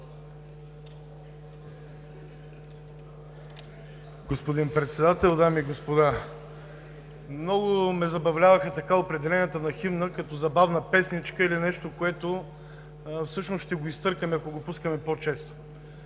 Господин Председател, дами и господа! Много ме забавляваха определенията на химна като забавна песничка или нещо, което всъщност ще го изтъркаме, ако го пускаме по-често.